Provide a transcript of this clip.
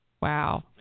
wow